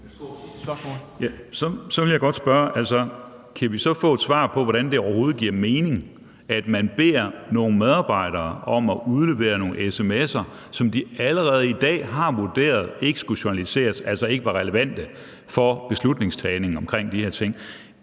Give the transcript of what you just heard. Kan vi så få et svar på, hvordan det overhovedet giver mening, at man beder nogle medarbejdere om at udlevere nogle sms'er, som de allerede i dag har vurderet ikke skulle journaliseres, altså ikke var relevante for beslutningstagningen i forbindelse med de her ting?